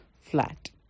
flat